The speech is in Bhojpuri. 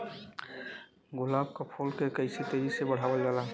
गुलाब क फूल के कइसे तेजी से बढ़ावल जा?